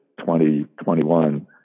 2021